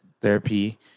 therapy